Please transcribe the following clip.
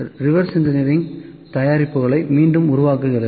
reverse engineering தயாரிப்புகளை மீண்டும் உருவாக்குகிறது